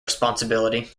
responsibility